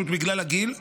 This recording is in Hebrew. פשוט בגלל הגיל,